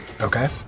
Okay